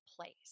place